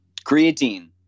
Creatine